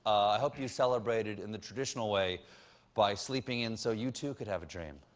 i hope you sell braited in the traditional way by sleeping in so you too could have a dream.